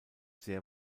sehr